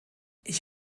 ich